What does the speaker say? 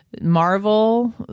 marvel